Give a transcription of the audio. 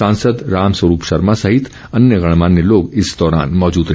सांसद राम स्वरूप शर्मा सहित अन्य गणमान्य लोग इस दौरान मौजूद रहे